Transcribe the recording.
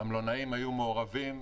המלונאים היו מעורבים.